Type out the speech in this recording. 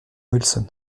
wilson